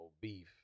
beef